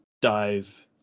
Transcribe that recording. dive